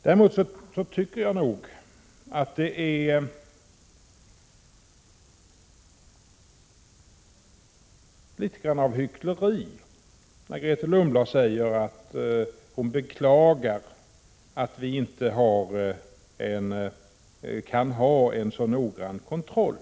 Däremot tycker jag nog att det är något av hyckleri när Grethe Lundblad säger att hon beklagar att vi inte kan ha en så noggrann kontroll.